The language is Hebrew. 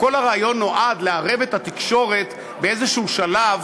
כל הרעיון נועד לערב את התקשורת באיזשהו שלב